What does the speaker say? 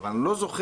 אבל אני לא זוכר